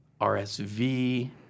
RSV